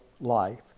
life